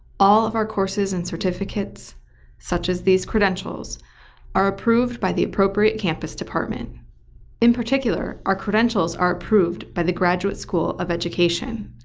all of our courses and certificates such as these credentials are approved by the appropriate campus department in particular, our credentials are approved by the graduate school of education.